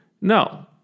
No